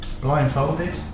Blindfolded